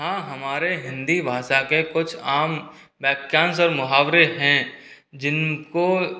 हाँ हमारे हिन्दी भाषा के कुछ आम वाक्यांश और मुहावरे हैं जिनको